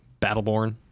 Battleborn